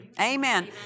Amen